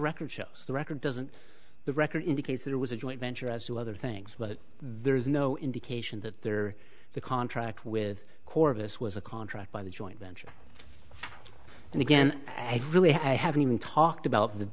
record shows the record doesn't the record indicates that it was a joint venture as to other things but there is no indication that there the contract with corvus was a contract by the joint venture and again i really haven't even talked about the